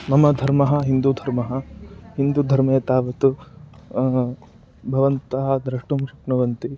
मम धर्मः हिन्दूधर्मः हिन्दूधर्मे तावत्भवन्तः द्रष्टुं शक्नुवन्ति